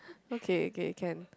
okay okay can